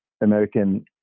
American